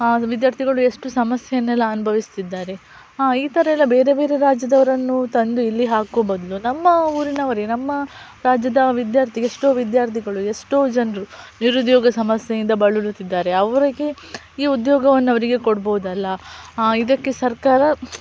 ಅದು ವಿದ್ಯಾರ್ಥಿಗಳು ಎಷ್ಟು ಸಮಸ್ಯೆಯನ್ನೆಲ್ಲ ಅನುಭವಿಸ್ತಿದ್ದಾರೆ ಈ ಥರ ಎಲ್ಲ ಬೇರೆ ಬೇರೆ ರಾಜ್ಯದವರನ್ನು ತಂದು ಇಲ್ಲಿ ಹಾಕೋ ಬದಲು ನಮ್ಮ ಊರಿನವರೆ ನಮ್ಮ ರಾಜ್ಯದ ವಿದ್ಯಾರ್ಥಿ ಎಷ್ಟೋ ವಿದ್ಯಾರ್ಥಿಗಳು ಎಷ್ಟೋ ಜನರು ನಿರುದ್ಯೋಗ ಸಮಸ್ಯೆಯಿಂದ ಬಳುತ್ತಿದ್ದಾರೆ ಅವರಿಗೆ ಈ ಉದ್ಯೋಗವನ್ನ ಅವರಿಗೆ ಕೊಡ್ಬೋದಲ್ಲ ಇದಕ್ಕೆ ಸರ್ಕಾರ